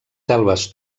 selves